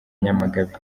nyamagabe